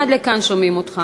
עד לכאן שומעים אותך.